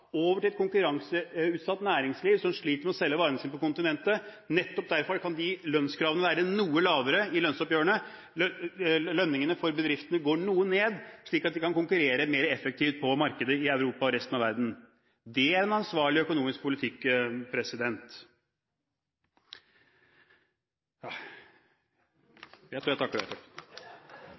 over til et konkurranseutsatt næringsliv som sliter med å selge varene sine på kontinentet. Nettopp derfor kan de lønnskravene være noe lavere i lønnsoppgjørene, lønningene for bedriftene går noe ned, slik at de kan konkurrere mer effektivt på markedet i Europa og i resten av verden. Dét er en ansvarlig økonomisk politikk. Nå skal jeg også være blid, og så skal jeg